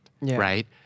Right